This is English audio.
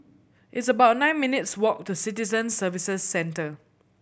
it's about nine minutes' walk to Citizen Services Centre